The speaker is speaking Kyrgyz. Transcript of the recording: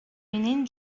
менен